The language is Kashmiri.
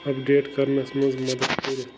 اپڈیٹ کرنَس منٛز مدد کٔرِتھ